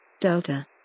Delta